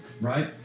right